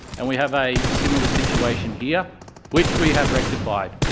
and we have a similar situation here which we have rectified.